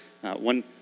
One